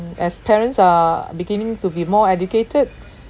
as parents are beginning to be more educated